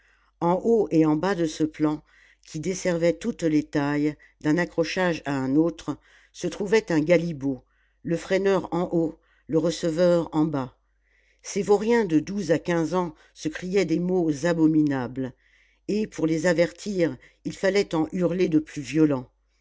en haut et en bas de ce plan qui desservait toutes les tailles d'un accrochage à un autre se trouvait un galibot le freineur en haut le receveur en bas ces vauriens de douze à quinze ans se criaient des mots abominables et pour les avertir il fallait en hurler de plus violents